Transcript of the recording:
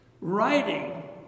writing